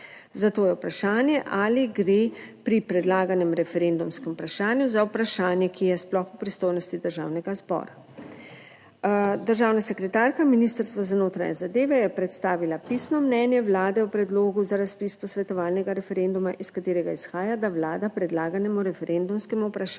Zato je vprašanje ali gre pri predlaganem referendumskem vprašanju za vprašanje, ki je sploh v pristojnosti Državnega zbora. Državna sekretarka Ministrstva za notranje zadeve je predstavila pisno mnenje Vlade o Predlogu za razpis posvetovalnega referenduma, iz katerega izhaja, da Vlada predlaganemu referendumskem vprašanju